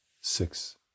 six